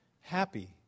Happy